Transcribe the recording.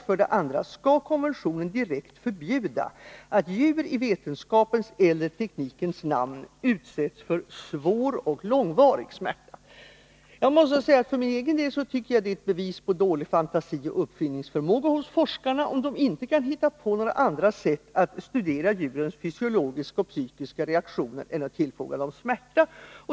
För det andra: Skall konventionen direkt förbjuda att djur i vetenskapens eller teknikens namn utsätts för svår och långvarig smärta? För min egen del måste jag säga att det är ett bevis på dålig fantasi och uppfinningsförmåga hos forskarna om de inte kan hitta på några andra sätt att studera djurens fysiologiska och psykiska reaktioner än genom att tillfoga dem smärta.